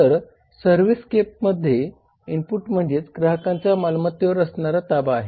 तर या सर्व्हिसस्केपमध्ये इनपुट म्हणजे ग्राहकांचा मालवत्तेवर असणारा ताबा आहे